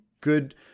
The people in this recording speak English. good